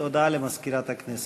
הודעה למזכירת הכנסת.